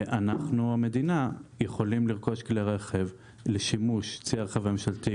אנחנו המדינה יכולים לרכוש כלי רכב לשימוש צי הרכב הממשלתי,